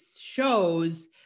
shows